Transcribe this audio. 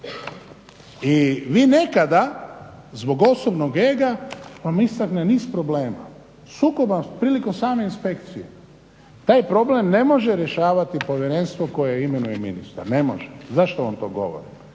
I vi nekada zbog osobnog ega vam …/Govornik se ne razumije./… niz problema, sukoba prilikom same inspekcije. Taj problem ne može rješavati Povjerenstvo koje imenuje ministar, ne može. Zašto vam to govorim?